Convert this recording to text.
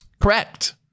Correct